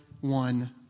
one